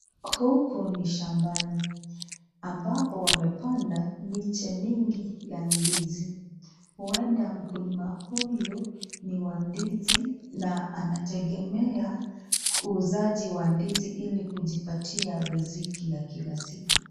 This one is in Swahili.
Huku ni shambani ambapo wamepanda miche mingi ya ndizi. Huenda mkulima huyu ni wa ndizi na anategemea uuzaji wa ndizi ili kujipatia riziki ya kila siku.